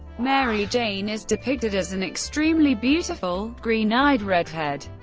mary jane is depicted as an extremely beautiful, green-eyed redhead,